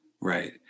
Right